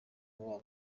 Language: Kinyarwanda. babo